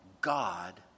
God